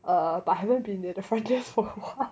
err but I haven't been at the franchise for a while